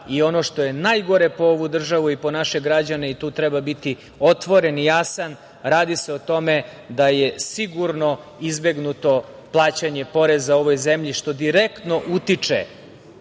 i ono što je najgore po ovu državu i po naše građane, i tu treba biti otvoren i jasan, radi se o tome da je sigurno izbegnuto plaćanje poreza ovoj zemlji, što direktno utiče